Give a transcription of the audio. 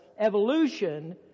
evolution